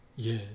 ya